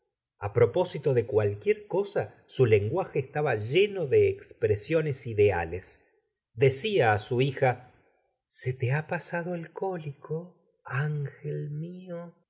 a propósito de cualquier cosa su lenguaje estaba lleno de expresiones ideales decia á su hija se te ha pasado el cólico ángel mio